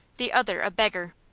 the other a beggar!